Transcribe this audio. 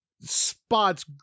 spots